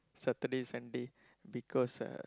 Saturday Sunday because uh